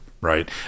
right